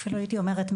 אפילו הייתי אומרת,